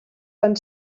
van